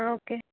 ആ ഓക്കേ